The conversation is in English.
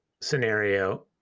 scenario